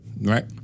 Right